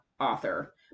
author